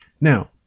Now